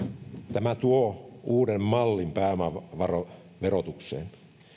tämä tuo uuden mallin pääomaverotukseen